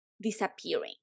disappearing